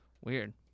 Weird